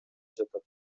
жатат